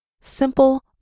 simple